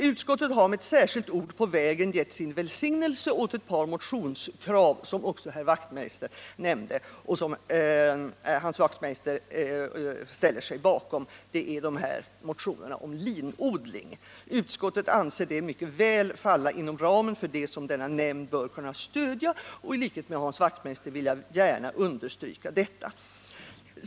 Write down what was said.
Utskottet har med ett särskilt ord på vägen givit sin välsignelse åt ett par motionskrav, som Hans Wachtmeister också nämnde och som han ställer sig bakom. Det är motionerna om linodling. Utskottet anser att denna odling mycket väl faller inom ramen för det som nämnden bör kunna stödja, och i likhet med Hans Wachtmeister vill jag gärna understryka detta.